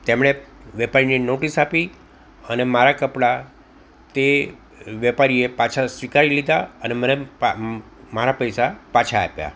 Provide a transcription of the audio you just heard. તેમણે વેપારીને નોટિસ આપી અને મારા કપડા તે વેપારીએ પાછા સ્વીકારી લીધાં અને મને મારા પૈસા પાછાં આપ્યાં